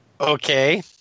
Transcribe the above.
Okay